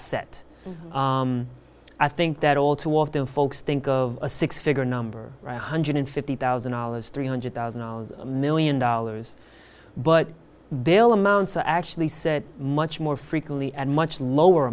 set i think that all too often folks think of a six figure number one hundred fifty thousand dollars three hundred thousand dollars a million dollars but bill amounts are actually said much more frequently and much lower